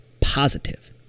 positive